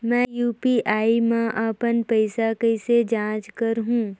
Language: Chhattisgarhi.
मैं यू.पी.आई मा अपन पइसा कइसे जांच करहु?